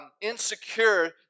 insecure